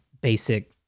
basic